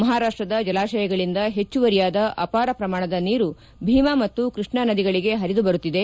ಮಹಾರಾಷ್ಟದ ಜಲಾಶಯಗಳಿಂದ ಹೆಚ್ಚುವರಿಯಾದ ಅಪಾರ ಪ್ರಮಾಣದ ನೀರು ಭೀಮಾ ಮತ್ತು ಕೃಷ್ಣಾ ನದಿಗಳಿಗೆ ಪರಿದುಬರುತ್ತಿದೆ